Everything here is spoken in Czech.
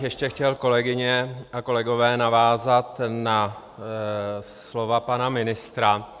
Ještě bych chtěl, kolegyně a kolegové, navázat na slova pana ministra.